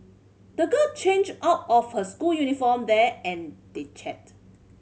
the girl changed out of her school uniform there and they chatted